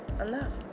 enough